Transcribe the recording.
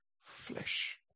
Flesh